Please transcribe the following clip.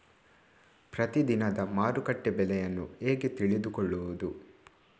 ಪ್ರತಿದಿನದ ಮಾರುಕಟ್ಟೆ ಬೆಲೆಯನ್ನು ಹೇಗೆ ತಿಳಿದುಕೊಳ್ಳುವುದು?